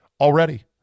Already